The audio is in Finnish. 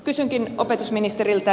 kysynkin opetusministeriltä